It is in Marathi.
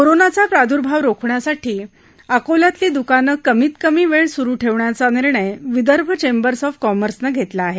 कोरोनाचा प्राद्भाव रोखण्यासाठी अकोल्यातली दुकानं कमीत कमी वेळ सुरु ठेवण्याचा निर्णय विदर्भ चेंबर्स ऑफ कॉमर्सनं घेतला आहे